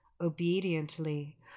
obediently